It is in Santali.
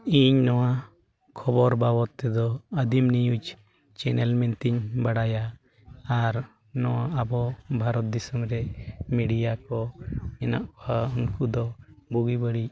ᱤᱧ ᱱᱚᱣᱟ ᱠᱷᱚᱵᱚᱨ ᱵᱟᱵᱚᱫ ᱛᱮᱫᱚ ᱟᱹᱫᱤᱢ ᱱᱤᱭᱩᱡ ᱪᱮᱱᱮᱞ ᱢᱮᱱᱛᱤᱧ ᱵᱟᱲᱟᱭᱟ ᱟᱨ ᱱᱚᱣᱟ ᱟᱵᱚ ᱵᱷᱟᱨᱚᱛ ᱫᱤᱥᱚᱢ ᱨᱮ ᱢᱤᱰᱤᱭᱟ ᱠᱚ ᱦᱮᱱᱟᱜ ᱠᱚᱣᱟ ᱩᱱᱠᱩ ᱫᱚ ᱵᱩᱜᱤ ᱵᱟᱹᱲᱤᱡ